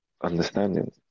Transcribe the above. understanding